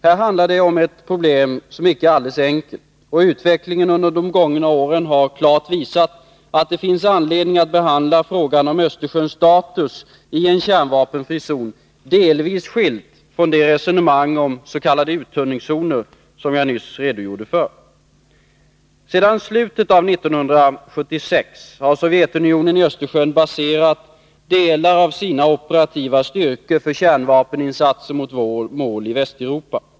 Här handlar det om ett problem som icke är alldeles enkelt, och utvecklingen under de gångna åren har klart visat att det finns anledning att behandla frågan om Östersjöns status i en kärnvapenfri zon delvis skild från det resonemang om en s.k. uttunningszon, som jag nyss redogjorde för. Sedan slutet av 1976 har Sovjetunionen i Östersjön baserat delar av sina operativa styrkor för kärnvapeninsatser mot mål i Västeuropa.